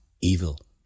evil